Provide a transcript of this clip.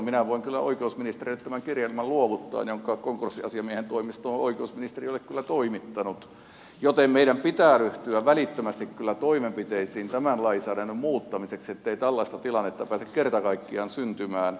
minä voin oikeusministerille tämän kirjelmän luovuttaa jonka konkurssiasiamiehen toimisto on kyllä oikeusministeriölle toimittanut joten meidän pitää kyllä ryhtyä välittömästi toimenpiteisiin tämän lainsäädännön muuttamiseksi ettei tällaista tilannetta pääse kerta kaikkiaan syntymään